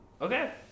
Okay